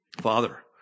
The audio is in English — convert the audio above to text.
Father